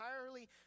entirely